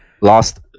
Lost